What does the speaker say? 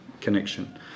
Connection